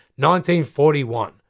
1941